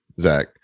Zach